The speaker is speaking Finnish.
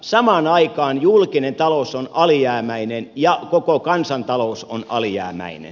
samaan aikaan julkinen talous on alijäämäinen ja koko kansantalous on alijäämäinen